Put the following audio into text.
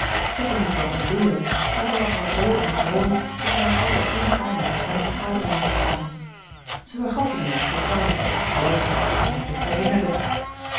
zij kon dit wel ontberen maar zij was er zoo aan gewoon dat zij haar altijd ongaarne naar de vergaderingen zag gaan zij vergat die dan ook getrouw zelfs als zij ze zich herinnerde